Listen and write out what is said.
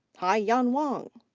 haiyan wang.